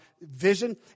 vision